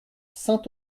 saint